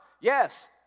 Yes